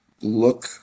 look